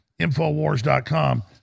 InfoWars.com